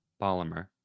polymer